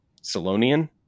Salonian